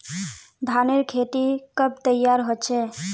धानेर खेती कब तैयार होचे?